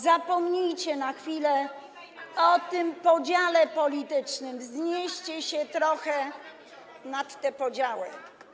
Zapomnijcie na chwilę o tym podziale politycznym, wznieście się trochę ponad te podziały.